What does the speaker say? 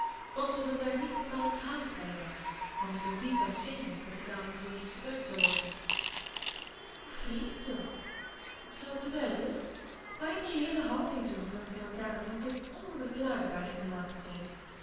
vond ze dat daar niet bepaald haast bij was want het was niet waarschijnlijk dat die kamer vooreerst gebruikt zou worden hoe vreemd toch wat zou het beduiden maar hun geheele houding tegenover elkaar vond ik onverklaarbaar in den laatsten tijd